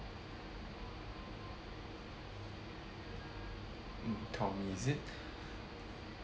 mm tommy is it